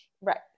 Right